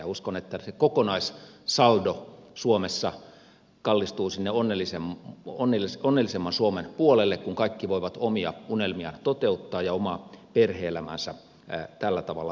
uskon että se kokonaissaldo suomessa kallistuu sinne onnellisemman suomen puolelle kun kaikki voivat omia unelmiaan toteuttaa ja omaa perhe elämäänsä tällä tavalla elää